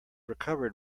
recovered